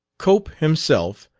cope himself,